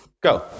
Go